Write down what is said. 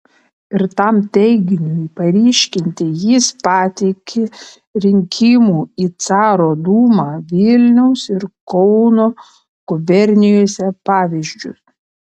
ir tam teiginiui paryškinti jis pateikė rinkimų į caro dūmą vilniaus ir kauno gubernijose pavyzdžius